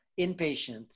inpatient